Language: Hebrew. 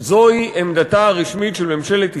זוהי עמדתה הרשמית של ממשלת ישראל,